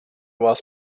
vás